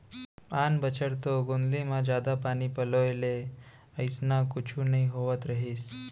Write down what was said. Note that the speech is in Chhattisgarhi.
आन बछर तो गोंदली म जादा पानी पलोय ले अइसना कुछु नइ होवत रहिस